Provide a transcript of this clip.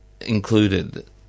included